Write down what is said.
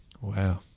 Wow